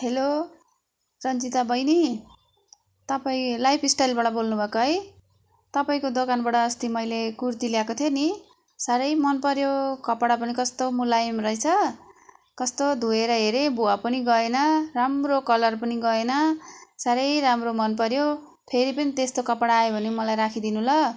hello Sanchita बहिनी तपाईँ life स्टाइलवाट बोल्नु भएको है तपाईँको दोकानबाट अस्ति मैले कुर्ती ल्याएको थिएँ नि साह्रै मन पऱ्यो कपडा पनि कस्तो मुलायम रहेछ कस्तो धोएर हेरेँ भुवा पनि गएन राम्रो कलर पनि गएन साह्रै राम्रो मन पऱ्यो फेरि पनि त्यस्तो कपडा आयो भने मलाई राखिदिनु ल